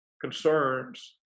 concerns